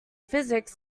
physics